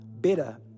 better